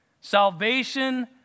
Salvation